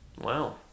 wow